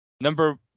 Number